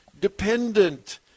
dependent